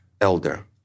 elder